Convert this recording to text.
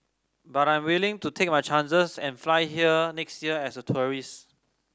but I'm willing to take my chances and fly here next year as a tourist